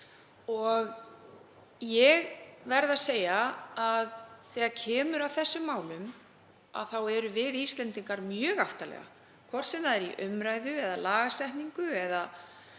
og ég verð að segja að þegar kemur að þessum málum erum við Íslendingar mjög aftarlega, hvort sem það er í umræðu, lagasetningu eða